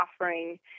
offering